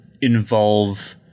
involve